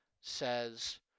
says